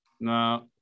No